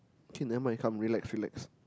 K never mind come relax relax